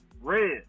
Red